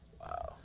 Wow